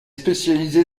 spécialisée